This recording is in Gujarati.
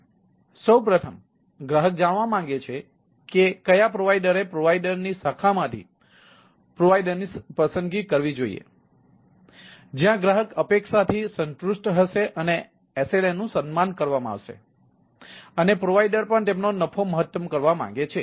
તેથી સૌ પ્રથમ ગ્રાહક જાણવા માંગે છે કે કયા પ્રોવાઇડરએ પ્રોવાઇડરની શાખામાંથી પ્રોવાઇડરની પસંદગી કરવી જોઈએ જ્યાં ગ્રાહક અપેક્ષાથી સંતુષ્ટ હશે અને SLA નું સન્માન કરવામાં આવશે અને પ્રોવાઇડર પણ તેમનો નફો મહત્તમ કરવા માંગે છે